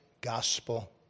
gospel